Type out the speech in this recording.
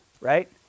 right